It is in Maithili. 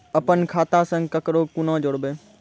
अपन खाता संग ककरो कूना जोडवै?